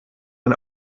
ein